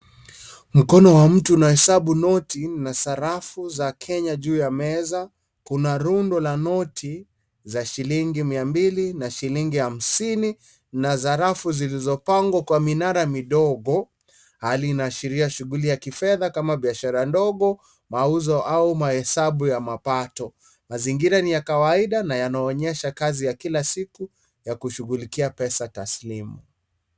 Mkono wa mtu unahesabu noti na sarafu za Kenya juu ya meza kuna rundo la noti za shilingi mia mbili na shilingi hamsini na sarafu zilizopangwa kwa minara midogo hali inaashiria shughuli ya kifedha kama biashara ndogo mauzo au mahesabu ya mapato na zingine niya kawaida na yanaonyesha kazi ya kila siku ya kushugulikia pesa taslimu.